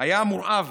היה מורעב